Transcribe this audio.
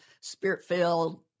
spirit-filled